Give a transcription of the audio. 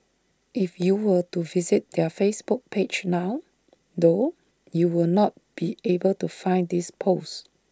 if you were to visit their Facebook page now though you will not be able to find this post